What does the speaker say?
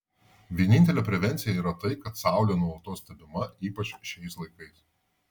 vienintelė prevencija yra tai kad saulė nuolatos stebima ypač šiais laikais